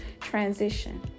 transition